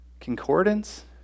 concordance